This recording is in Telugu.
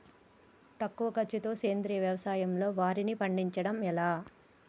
తక్కువ ఖర్చుతో సేంద్రీయ వ్యవసాయంలో వారిని పండించడం ఎలా?